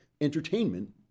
entertainment